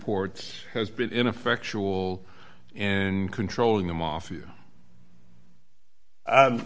ports has been ineffectual in controlling the mafia